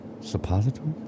Suppository